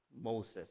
Moses